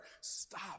stop